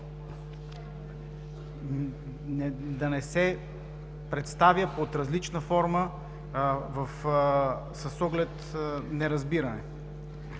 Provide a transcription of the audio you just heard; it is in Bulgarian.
да не се представя под различна форма с оглед неразбиране.